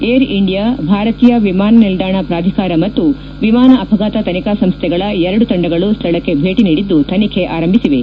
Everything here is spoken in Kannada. ಏರ್ ಇಂಡಿಯಾ ಭಾರತೀಯ ವಿಮಾನ ನಿಲ್ದಾಣ ಪ್ರಾಧಿಕಾರ ಮತ್ತು ವಿಮಾನ ಅಪಘಾತ ತನಿಖಾ ಸಂಸ್ವೆಗಳ ಎರಡು ತಂಡಗಳು ಸ್ವಳಕ್ಷೆ ಭೇಟ ನೀಡಿದ್ದು ತನಿಖೆ ಆರಂಭಿಸಿವೆ